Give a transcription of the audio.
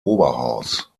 oberhaus